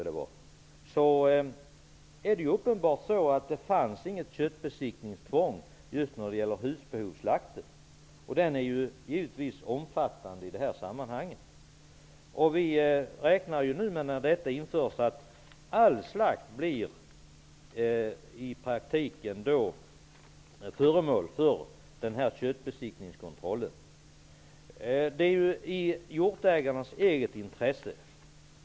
Det är uppenbart att det då inte fanns något köttbesiktningstvång när det gäller husbehovsslakten, vilken givetvis är omfattande. Vi räknar med att all slakt i praktiken blir föremål för köttbesiktningskontroll när detta program nu införs.